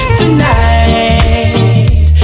tonight